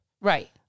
Right